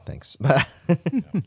Thanks